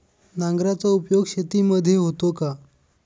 नांगराचा उपयोग शेतीमध्ये होतो का?